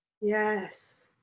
yes